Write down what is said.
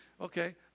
Okay